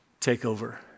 takeover